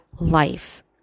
life